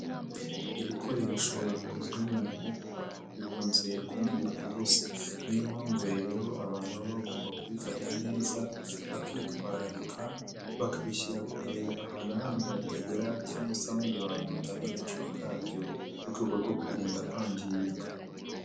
Ibikoresho bikozwe mu ibumba bikunze kumeneka ubusa, niyo mpamvu rero abantu baba bagomba kubifata neza bakitwararika, bakabishyira kure ahantu abana batagera cyangwa se abandi bantu batazi agaciro kabyo, mu rwego rwo kubirinda kwangirika.